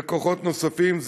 וכוחות נוספים,